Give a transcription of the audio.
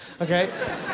okay